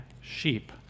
sheep